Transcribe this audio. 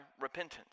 repentance